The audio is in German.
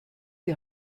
die